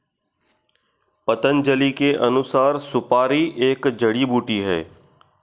पतंजलि के अनुसार, सुपारी एक जड़ी बूटी है